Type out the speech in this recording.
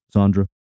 Sandra